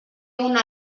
una